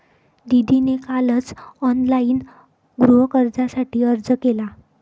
दीदीने कालच ऑनलाइन गृहकर्जासाठी अर्ज केला